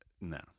No